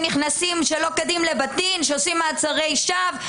שנכנסים שלא כדין לבתים ועושים מעצרי שווא.